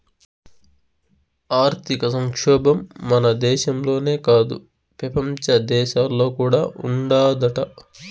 ఆర్థిక సంక్షోబం మన దేశంలోనే కాదు, పెపంచ దేశాల్లో కూడా ఉండాదట